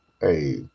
Hey